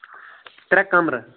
ترٛےٚ کَمرٕ